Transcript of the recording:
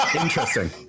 interesting